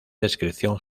descripción